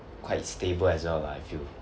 quite stable as well lah I feel